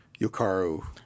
yokaru